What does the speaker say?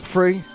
Free